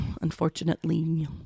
unfortunately